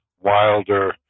wilder